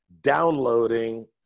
downloading